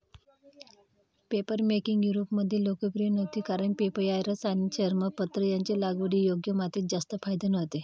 papermaking युरोपमध्ये लोकप्रिय नव्हती कारण पेपायरस आणि चर्मपत्र यांचे लागवडीयोग्य मातीत जास्त फायदे नव्हते